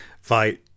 fight